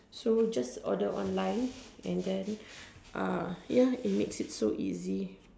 so just order online and then uh ya it makes it so easy